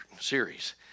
series